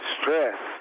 stress